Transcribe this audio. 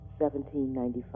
1795